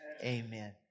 Amen